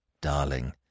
Darling